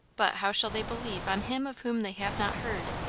but how shall they believe on him of whom they have not heard?